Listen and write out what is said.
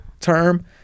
term